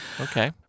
Okay